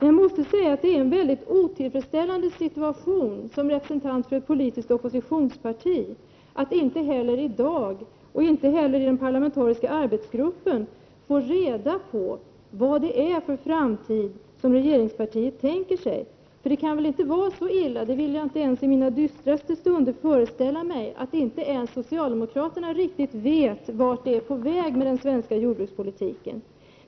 Som representant för ett oppositionsparti är det en mycket otillfredställande situation att inte i dag eller i den parlamentariska arbetsgruppen få reda på vad det är för framtid som regeringspartiet tänker sig. Det kan väl inte vara så illa, det vill jag inte ens i mina dystraste stunder föreställa mig, att inte ens socialdemokraterna riktigt vet vart den svenska jordbrukspolitiken är på väg.